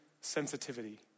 sensitivity